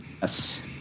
Yes